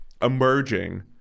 emerging